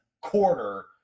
quarter